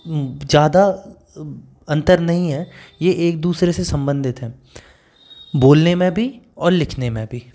ज़्यादा अंतर नहीं है ये एक दूसरे से सम्बंधित हैं बोलने में भी और लिखने में भी